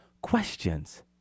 questions